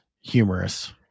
humorous